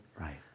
Right